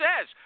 says